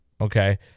Okay